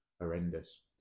horrendous